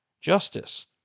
justice